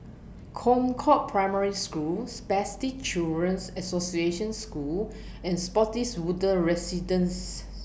Concord Primary School Spastic Children's Association School and Spottiswoode Residences